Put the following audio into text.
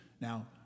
now